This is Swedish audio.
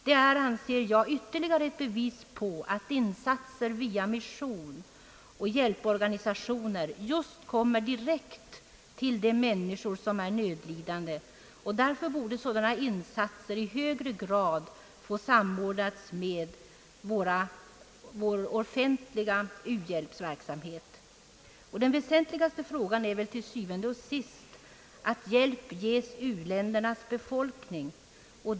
De är, anser jag, ytterligare ett bevis på att insatser via mission och hjälporganisationer kommer direkt till de människor som är nödlidande, Därför borde sådana insatser i högre grad få samordnas med vår offentliga u-hjälpsverksamhet. Den väsentliga uppgiften är väl till syvende og sidst att hjälp ges u-ländernas befolkning.